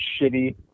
shitty